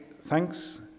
thanks